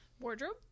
Wardrobe